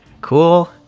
Cool